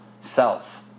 self